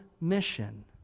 mission